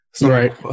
Right